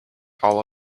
all